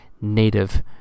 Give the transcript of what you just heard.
native